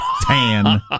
Tan